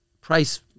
price